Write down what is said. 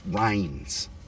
rains